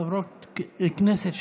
חברות כנסת,